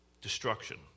destruction